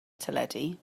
teledu